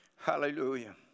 Hallelujah